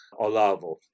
Olavo